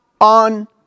on